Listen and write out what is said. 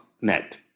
.net